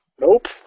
Nope